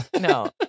no